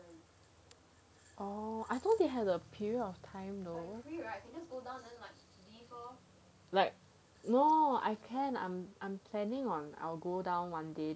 oh I thought they had a period of time like no I can I'm I'm planning on I'll go down one day